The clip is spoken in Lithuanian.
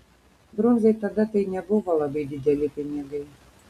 brundzai tada tai nebuvo labai dideli pinigai